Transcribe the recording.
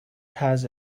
has